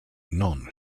non